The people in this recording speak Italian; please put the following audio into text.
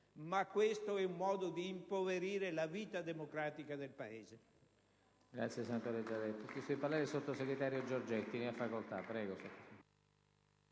ma questo è un modo di impoverire la vita democratica del Paese.